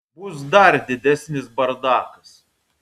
bus dar didesnis bardakas